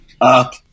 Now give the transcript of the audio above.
up